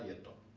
and